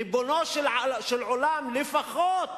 ריבונו של עולם, לפחות